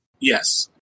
Yes